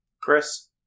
Chris